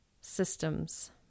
systems